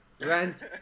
rent